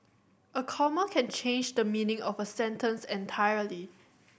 a comma can change the meaning of a sentence entirely